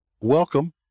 welcome